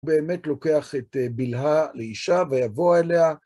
באמת לוקח את בלהה לאישה ויבוא אליה.